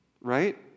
right